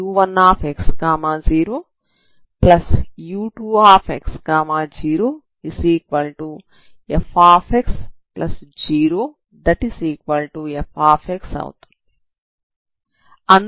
ఇప్పుడు ux0u1x0u2x0fx0f అవుతుంది